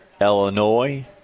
Illinois